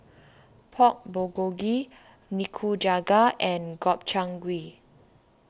Pork Bulgogi Nikujaga and Gobchang Gui